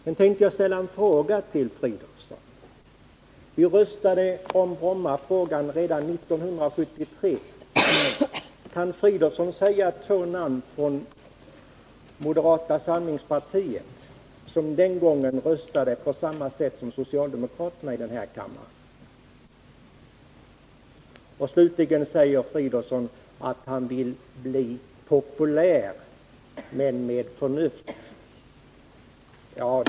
Sedan tänkte jag ställa en fråga till herr Fridolfsson. Vi röstade i Brommafrågan redan 1973. Kan herr Fridolfsson nämna namnet på två moderater som den gången röstade på samma sätt som socialdemokraterna i den här kammaren? Slutligen säger herr Fridolfsson att han vill bli populär men med förnuft.